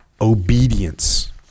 obedience